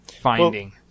finding